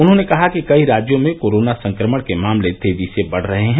उन्होंने कहा कि कई राज्यों में कोरोना संकमण के मामले तेजी से बढ़ रहे हैं